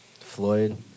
Floyd